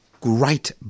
great